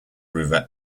river